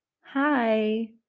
Hi